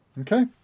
okay